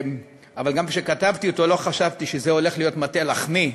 אבל גם כשכתבתי אותו לא חשבתי שזה הולך להיות מטה לחמי,